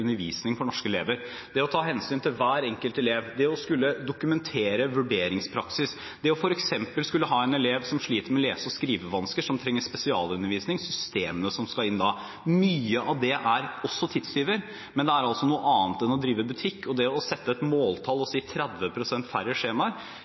undervisning av norske elever – det å ta hensyn til hver enkelt elev, det å skulle dokumentere vurderingspraksis, det å skulle ha en elev som f.eks. sliter med lese- og skrivevansker, og som trenger spesialundervisning, og systemene som skal inn da. Mye av det er også tidstyver, men det er noe annet enn å drive butikk. Det å sette et måltall og